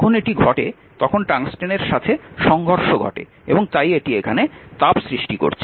যখন এটি ঘটে তখন টংস্টেনের সাথে সংঘর্ষ ঘটে এবং তাই এটি এখানে তাপ সৃষ্টি করছে